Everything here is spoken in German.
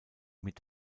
mit